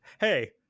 hey